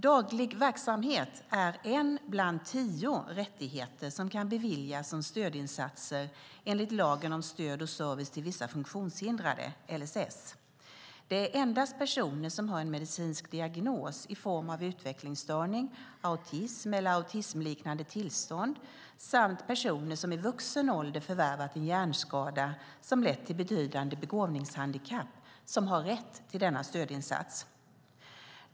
Daglig verksamhet är en bland tio rättigheter som kan beviljas som stödinsatser enligt lagen om stöd och service till vissa funktionshindrade . Det är endast personer som har en medicinsk diagnos i form av utvecklingsstörning, autism eller autismliknande tillstånd samt personer som i vuxen ålder förvärvat en hjärnskada som lett till betydande begåvningshandikapp som har rätt till denna stödinsats.